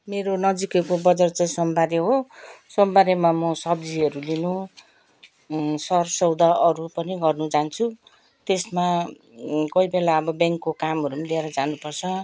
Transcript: मेरो नजिकैको बजार चाहिँ सोमबारे हो सोमबारेमा म सब्जीहरू लिनु सर सौदा अरू पनि गर्नु जान्छु त्यसमा कोही बेला अब ब्याङ्कको कामहरू नि लिएर जानुपर्छ